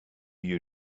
you